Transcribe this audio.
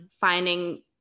finding